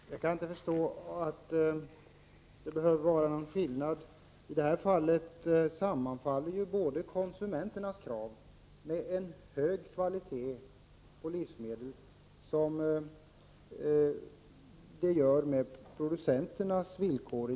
Fru talman! Jag kan inte förstå att det skall behöva vara någon skillnad. I detta avseende sammanfaller ju konsumenternas krav på hög livsmedelskvalitet med producenternas villkor.